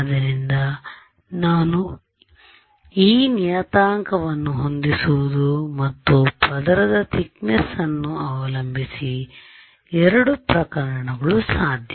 ಆದ್ದರಿಂದ ನಾನು ಈ ನಿಯತಾಂಕವನ್ನು ಹೊಂದಿಸುವುದು ಮತ್ತು ಪದರದ ತಿಕ್ನೆಸ್ವನ್ನು ಅವಲಂಬಿಸಿ ಎರಡೂ ಪ್ರಕರಣಗಳು ಸಾಧ್ಯ